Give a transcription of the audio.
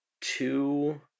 two